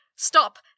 Stop